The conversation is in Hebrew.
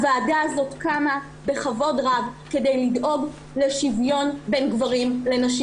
הוועדה הזאת קמה בכבוד רב כדי לדאוג לשוויון בין גברים לנשים.